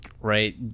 Right